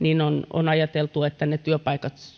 on ajateltu että työpaikat